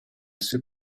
sais